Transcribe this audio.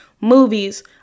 movies